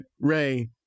Ray